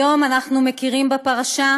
היום אנחנו מכירים בפרשה,